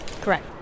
Correct